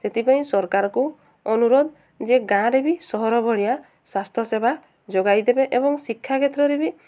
ସେଥିପାଇଁ ସରକାରଙ୍କୁ ଅନୁରୋଧ ଯେ ଗାଁ'ରେ ବି ସହର ଭଳିଆ ସ୍ୱାସ୍ଥ୍ୟ ସେବା ଯୋଗାଇଦେବେ ଏବଂ ଶିକ୍ଷା କ୍ଷେତ୍ରରେ ବି